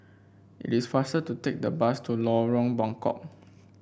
it is faster to take the bus to Lorong Buangkok